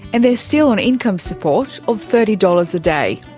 and they're still on income support of thirty dollars a day.